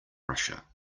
russia